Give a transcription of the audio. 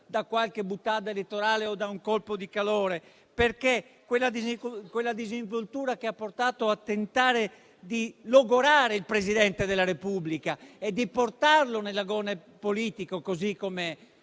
da qualche *boutade* elettorale o da un colpo di calore. Penso alla disinvoltura che ha portato a tentare di logorare il Presidente della Repubblica e di portarlo nell'agone politico, come